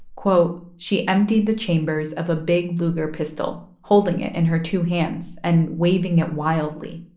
quote, she emptied the chambers of a big luger pistol, holding it in her two hands and waving it wildly.